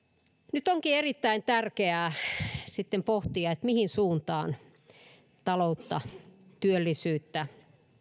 nyt onkin erittäin tärkeää sitten pohtia mihin suuntaan taloutta työllisyyttä